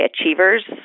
achievers